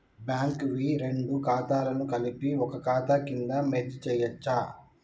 Bank వి రెండు ఖాతాలను కలిపి ఒక ఖాతా కింద మెర్జ్ చేయచ్చా?